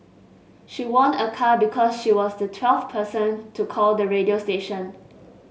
she won a car because she was the twelfth person to call the radio station